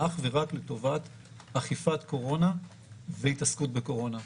אך ורק לטובת אכיפת קורונה והתעסקות בקורונה.